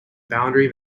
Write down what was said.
boundary